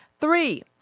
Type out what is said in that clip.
three